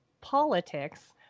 politics